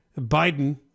Biden